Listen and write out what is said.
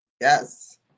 yes